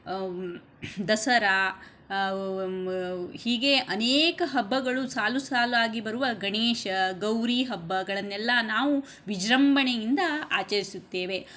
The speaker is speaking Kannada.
ದಸರಾ ಹೀಗೆ ಅನೇಕ ಹಬ್ಬಗಳು ಸಾಲುಸಾಲಾಗಿ ಬರುವ ಗಣೇಶ ಗೌರಿಹಬ್ಬಗಳನ್ನೆಲ್ಲ ನಾವು ವಿಜೃಂಭಣೆಯಿಂದ ಆಚರಿಸುತ್ತೇವೆ